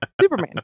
Superman